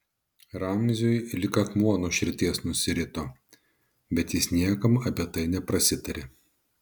ramziui lyg akmuo nuo širdies nusirito bet jis niekam apie tai neprasitarė